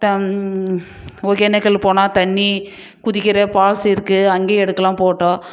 தம் ஒக்கேனக்கல் போனால் தண்ணீ குதிக்கிற பால்சி இருக்குது அங்கேயும் எடுக்கலாம் ஃபோட்டோ